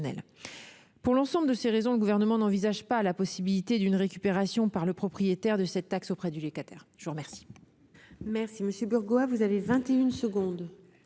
Pour l'ensemble de ces raisons, le Gouvernement n'envisage pas la possibilité d'une récupération, par le propriétaire, de cette taxe auprès du locataire. La parole